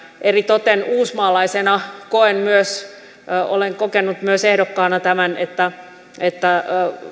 eritoten uusmaalaisena olen kokenut myös ehdokkaana tämän että että